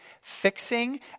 Fixing